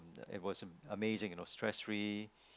it was amazing it was stressfree